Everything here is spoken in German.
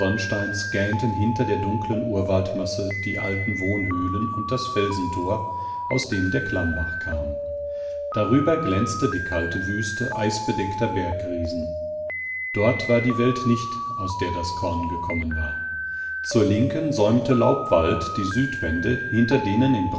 gähnten hinter der dunklen urwaldmasse die alten wohnhöhlen und das felsentor aus dem der klammbach kam darüber glänzte die kalte wüste eisbedeckter bergriesen dort war die welt nicht aus der das korn gekommen war zur linken säumte laubwald die südwände hinter denen